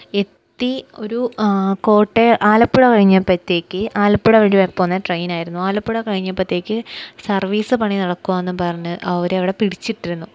എത്തി ഒരു കോട്ടയം ആലപ്പുഴ കഴിഞ്ഞപ്പോഴത്തേക്ക് ആലപ്പുഴ വഴി പോകുന്ന ട്രെയിനായിരുന്നു ആലപ്പുഴ കഴിഞ്ഞപ്പോഴത്തേക്ക് സർവീസ് പണി നടക്കുകയാണെന്ന് പറഞ്ഞ് അവരവിടെ പിടിച്ചിട്ടിരുന്നു